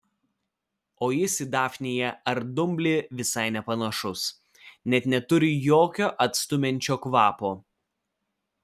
o jis į dafniją ar dumblį visai nepanašus net neturi jokio atstumiančio kvapo